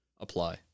Apply